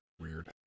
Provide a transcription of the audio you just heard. weird